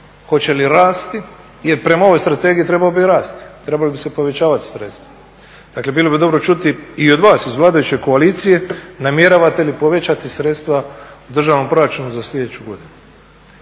hoće li rasti? Jer prema ovoj strategiji trebao bi rasti, trebala bi se povećavati sredstva. Dakle, bilo bi dobro čuti i od vas iz vladajuće koalicije namjeravate li povećati sredstva u državnom proračunu za sljedeću godinu?